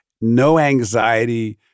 no-anxiety